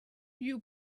you